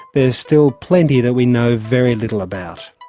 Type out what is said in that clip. there's still plenty that we know very little about.